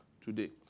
today